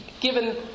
given